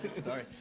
Sorry